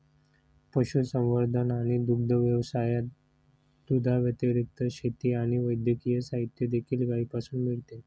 पशुसंवर्धन आणि दुग्ध व्यवसायात, दुधाव्यतिरिक्त, शेती आणि वैद्यकीय साहित्य देखील गायीपासून मिळते